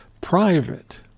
private